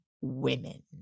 women